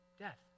death